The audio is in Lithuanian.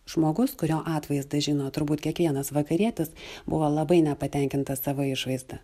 žmogus kurio atvaizdą žino turbūt kiekvienas vakarietis buvo labai nepatenkintas savo išvaizda